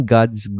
God's